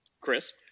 chris